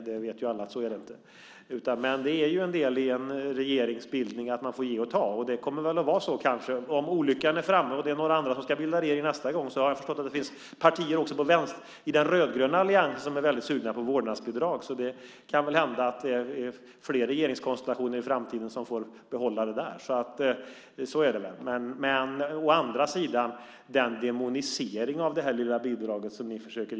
Alla vet ju att det inte är så. Men vid en regeringsbildning får man ge och ta. Och om olyckan är framme och det är några andra som ska bilda regering nästa gång har jag förstått att det finns partier i den rödgröna alliansen som också är väldigt sugna på vårdnadsbidrag. Så det kan väl hända att det är fler regeringskonstellationer i framtiden som får behålla det. Men den demonisering som ni försöker göra av detta lilla bidrag är helt osaklig.